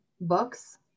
books